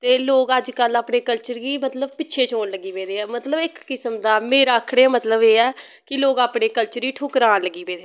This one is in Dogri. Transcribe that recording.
ते लोग अज कल अपने कल्चर गी मतलव पिच्छें छोड़न लगी पेदे ऐ मतलव इक किस्म दा मेरे आक्खने दा मतलव एह् ऐ कि लोग अपने कल्चर गी ठुकरान लगी पेदे नै